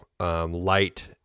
Light